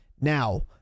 Now